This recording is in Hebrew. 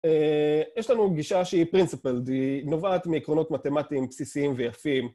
יש לנו גישה שהיא principled, היא נובעת מעקרונות מתמטיים בסיסיים והיפים